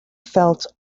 felt